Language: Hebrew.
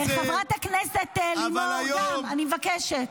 --- חברת הכנסת לימור, גם, אני מבקשת.